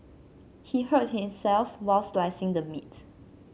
he hurt himself while slicing the meat